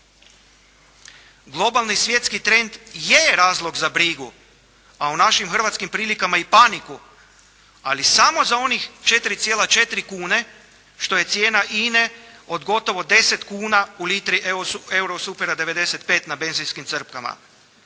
Globalni svjetski trend je razlog za brigu, a u našim hrvatskim prilikama i paniku, ali samo za onih 4,4 kune što je cijena INA-e od gotovo 10 kuna u litri Eurosupera 95 na benzinskim crpkama.